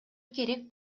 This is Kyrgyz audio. керек